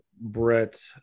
brett